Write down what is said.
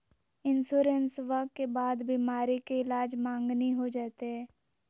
इंसोरेंसबा के बाद बीमारी के ईलाज मांगनी हो जयते?